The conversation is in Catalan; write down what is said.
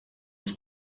els